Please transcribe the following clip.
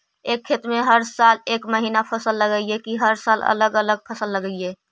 एक खेत में हर साल एक महिना फसल लगगियै कि हर साल अलग अलग फसल लगियै?